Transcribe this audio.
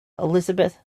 elizabeth